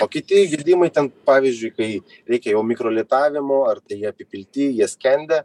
o kiti gedimai ten pavyzdžiui kai reikia jau mikrolitavimo ar tai jie apipilti jie skendę